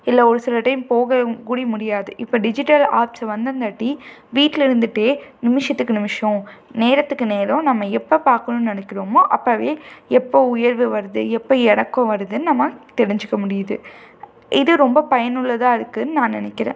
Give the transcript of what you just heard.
இதில் ஒரு சில டைம் போக கூட முடியாது இப்போ டிஜிட்டல் ஆப்ஸ் வந்தன்காட்டி வீட்டில் இருந்துகிட்டே நிமிஷத்துக்கு நிமிஷம் நேரத்துக்கு நேரம் நம்ம எப்போ பார்க்கணுன்னு நினக்கிறோமோ அப்போவே எப்போது உயர்வு வருது எப்போது இறக்கம் வருதுன்னு நம்ம தெரிஞ்சுக்க முடியுது இது ரொம்ப பயனுள்ளதாக இருக்குதுன்னு நான் நினைக்கிறேன்